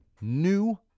new